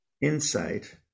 insight